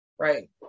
right